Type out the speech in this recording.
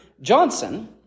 Johnson